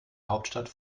hauptstadt